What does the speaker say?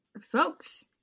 Folks